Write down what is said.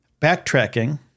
backtracking